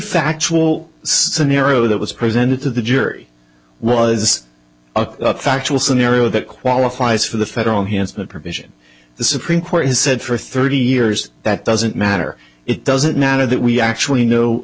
factual scenario that was presented to the jury was a factual scenario that qualifies for the federal hands of a provision the supreme court has said for thirty years that doesn't matter it doesn't matter that we actually know